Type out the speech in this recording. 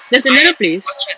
there's another place